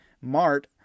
Mart